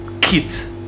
kids